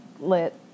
Lit